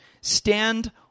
stand